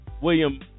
William